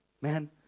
man